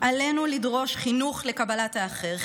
עלינו לדרוש חינוך לקבלת האחר,